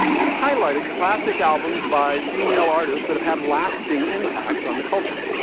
we've highlighted classic albums by female artists that have had lasting impacts on the culture.